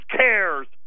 cares